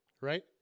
right